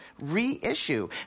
reissue